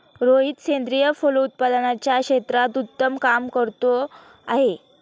रोहित सेंद्रिय फलोत्पादनाच्या क्षेत्रात उत्तम काम करतो आहे